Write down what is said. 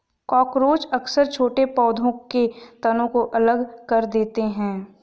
cockroach अक्सर छोटे पौधों के तनों को अलग कर देते हैं